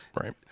right